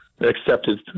accepted